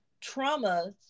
trauma